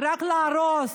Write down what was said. את מדברת?